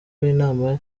w’inama